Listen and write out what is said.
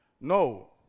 No